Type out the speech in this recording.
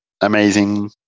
Amazing